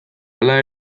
hala